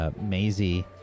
Maisie